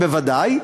שחור-לבן, בוודאי.